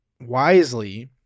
wisely